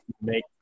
make